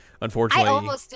unfortunately